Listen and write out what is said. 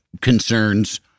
concerns